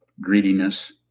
greediness